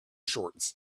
shorts